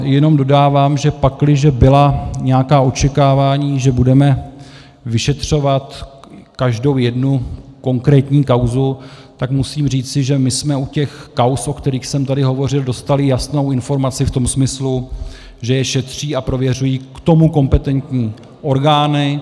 Jenom dodávám, že pakliže byla nějaká očekávání, že budeme vyšetřovat každou jednu konkrétní kauzu, tak musím říci, že jsme u těch kauz, o kterých jsem tady hovořil, dostali jasnou informaci v tom smyslu, že je šetří a prověřují k tomu kompetentní orgány.